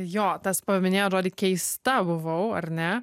jo tas paminėjot žodį keista buvau ar ne